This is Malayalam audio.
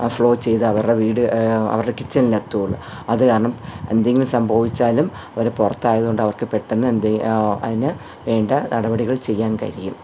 ഫ്ലോ ചെയ്ത് അവരുടെ വീട് അവരുടെ കിച്ചണിൽ എത്തുള്ളൂ അത് കാരണം എന്തെങ്കിലും സംഭവിച്ചാലും അവർ പുറത്തായത് കൊണ്ട് അവർക്ക് പെട്ടെന്ന് എന്തെയ് അതിന് വേണ്ട നടപടികൾ ചെയ്യാൻ കഴിയും